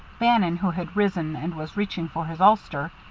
bannon, who had risen and was reaching for his ulster,